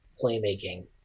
playmaking